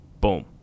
Boom